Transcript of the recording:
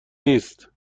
نیست